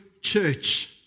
church